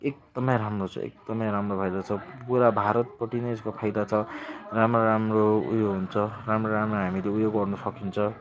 एकदमै राम्रो छ एकदमै राम्रो फाइदा छ पुरा भारतपट्टि नै यसको फाइदा छ राम्रो राम्रो ऊ यो हुन्छ राम्रो राम्रो हामीले ऊ यो गर्नु सकिन्छ